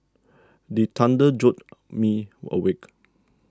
the thunder jolt me awake